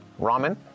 ramen